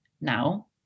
now